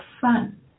fun